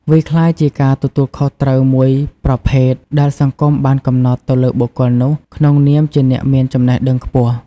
វាក្លាយជាការទទួលខុសត្រូវមួយប្រភេទ ដែលសង្គមបានកំណត់ទៅលើបុគ្គលនោះ ក្នុងនាមជាអ្នកមានចំណេះដឹងខ្ពស់។